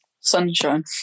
sunshine